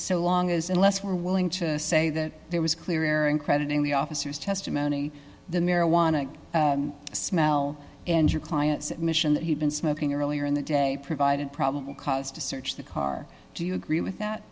so long as unless we're willing to say that there was clear error in crediting the officers testimony the marijuana smell in your client's admission that he'd been smoking earlier in the day provided probable cause to search the car do you agree with that